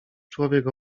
człowiek